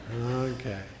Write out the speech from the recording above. Okay